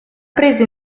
prese